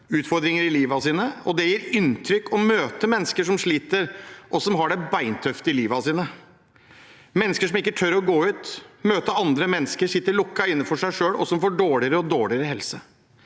utfordringer i livet sitt. Det gjør inntrykk å møte mennesker som sliter, og som har det beintøft i livet sitt. Det er mennesker som ikke tør å gå ut og møte andre mennesker, som sitter lukket inne for seg selv, og som får dårligere og dårligere helse.